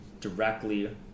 directly